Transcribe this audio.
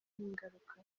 ingaruka